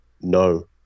no